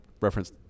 reference